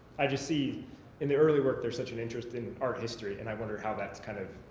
i just see in the early work, there's such an interest in art history and i wonder how that's kind of,